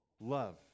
love